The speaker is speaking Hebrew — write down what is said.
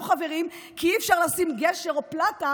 לא, חברים, כי אי-אפשר לשים גשר או פלטה